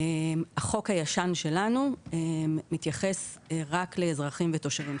החוק הישן שלנו מתייחס רק לאזרחים ותושבים.